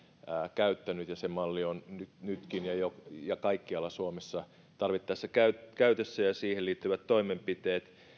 käyttäneet se malli on nytkin jo jo kaikkialla suomessa tarvittaessa käytössä sekä siihen liittyvät toimenpiteet